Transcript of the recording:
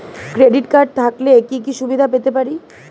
Credit card থাকলে কি কি সুবিধা পেতে পারি?